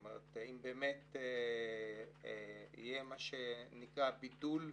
אם יהיה מה שנקרא בידול שבבידוד,